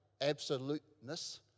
absoluteness